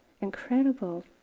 incredible